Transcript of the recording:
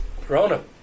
Corona